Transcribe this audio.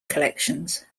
collections